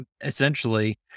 essentially